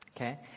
Okay